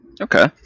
Okay